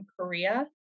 Korea